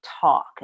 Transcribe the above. talk